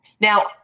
now